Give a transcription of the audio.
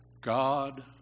God